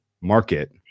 market